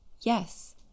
Yes